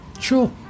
sure